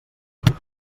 tot